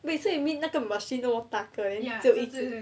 wait so you mean 那个 machine 那么大个 then 只有一只